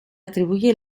atribuye